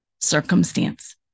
circumstance